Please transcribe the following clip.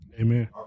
Amen